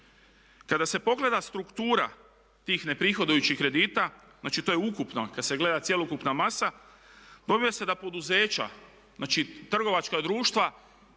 Kada se pogleda struktura tih neprihodujućih kredita, znači to je ukupno kada se gleda cjelokupna masa. Dobiva se da poduzeća, znači trgovačka društva